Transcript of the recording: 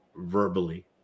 verbally